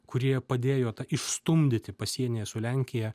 kurie padėjo tą išstumdyti pasienyje su lenkija